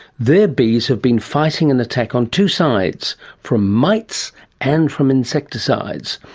their bees have been fighting an attack on two sides, from mites and from insecticides.